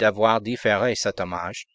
d'avoir différé cet hommage